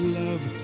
love